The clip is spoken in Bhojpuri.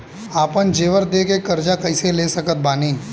आपन जेवर दे के कर्जा कइसे ले सकत बानी?